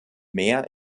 mehr